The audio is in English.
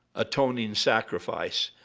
atoning sacrifice,